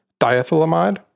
diethylamide